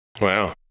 wow